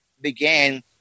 began